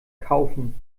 kaufen